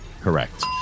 Correct